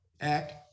Act